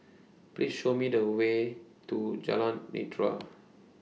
Please Show Me The Way to Jalan Nidra